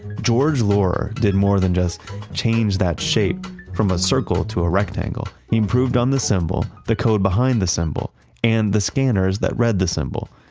george laurer did more than just change that shape from a circle to a rectangle. he improved on the symbol, the code behind the symbol and the scanners that read the symbol.